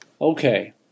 Okay